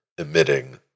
emitting